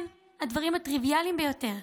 כן, הדברים הטריוויאליים ביותר: